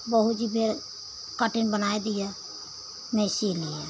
बहू के बेर कटिंग बनाए दिया मैं सिली